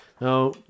Now